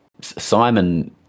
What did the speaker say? simon